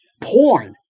porn